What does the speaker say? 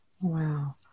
Wow